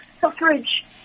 suffrage